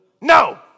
no